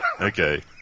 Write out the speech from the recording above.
okay